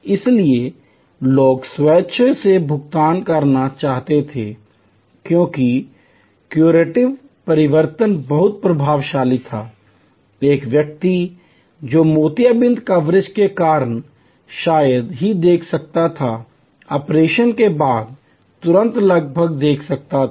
इसलिए लोग स्वेच्छा से भुगतान करना चाहते थे क्योंकि क्यूरेटिव परिवर्तन बहुत प्रभावशाली था एक व्यक्ति जो मोतियाबिंद कवरेज के कारण शायद ही देख सकता था ऑपरेशन के तुरंत बाद लगभग देख सकता था